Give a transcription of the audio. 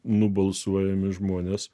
nubalsuojami žmonės